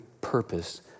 purpose